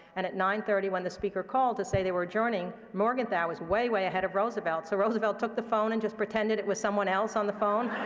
and at nine thirty, when the speaker called to say they were adjourning, morgenthau that was way, way ahead of roosevelt, so roosevelt took the phone and just pretended it was someone else on the phone.